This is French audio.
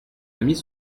amis